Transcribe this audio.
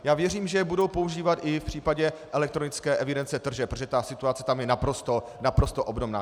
Já věřím, že je budou používat i v případě elektronické evidence tržeb, protože ta situace tam je naprosto, naprosto obdobná.